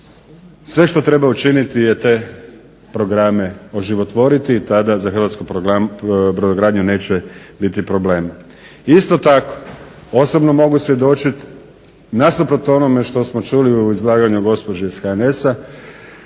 Sve što treba učiniti je te programe oživotvoriti i tada za hrvatsku brodogradnju neće biti problema. Isto tako, osobno mogu svjedočiti nasuprot onome što smo čuli u izlaganju gospođe iz HNS-a